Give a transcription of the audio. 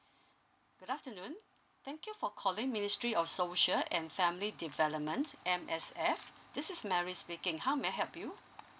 good afternoon thank you for calling ministry of social and family developments M_S_F this is mary speaking how may I help you